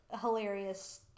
hilarious